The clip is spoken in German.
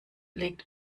legt